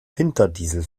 winterdiesel